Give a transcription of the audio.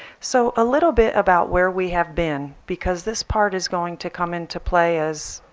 so a little bit about where we have been because this part is going to come into play as